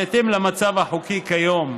בהתאם למצב החוקי כיום,